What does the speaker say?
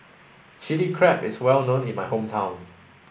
chili crab is well known in my hometown